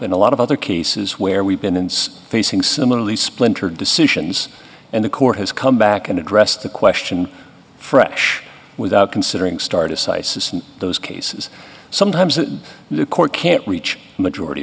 in a lot of other cases where we've been facing similarly splintered decisions and the court has come back and addressed the question for without considering start a site in those cases sometimes the court can't reach majority